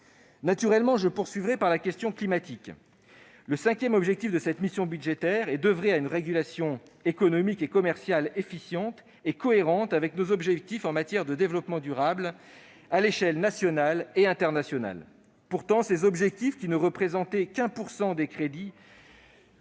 par l'évocation de la question climatique. Le cinquième objectif de cette mission budgétaire consiste à oeuvrer à une régulation économique et commerciale efficiente, qui soit cohérente avec nos objectifs en matière de développement durable à l'échelle nationale et internationale. Pourtant, ces objectifs, qui représentaient seulement 1 % des crédits